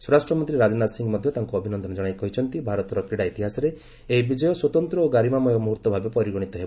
ସ୍ୱରାଷ୍ଟ୍ରମନ୍ତ୍ରୀ ରାଜନାଥ ସିଂ ମଧ୍ୟ ତାଙ୍କୁ ଅଭିନନ୍ଦନ ଜଣାଇ କହିଛନ୍ତି ଭାରତର କ୍ରୀଡ଼ା ଇତିହାସରେ ଏହି ବିଜୟ ସ୍ୱତନ୍ତ ଓ ଗାରିମାମୟ ମୁହୂର୍ତ୍ତ ଭାବେ ପରିଗଣିତ ହେବ